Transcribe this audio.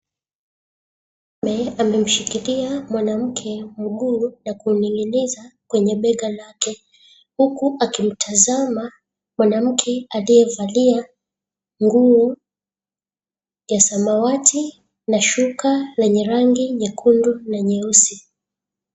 Amemshikilia mwanamke mgumu na kumtengeneza kwenye bega lake huku akimtazama mwanamke aliyevalia nguo ya samawati na shuka lenye rangi nyekundu na nyeusi.